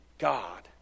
God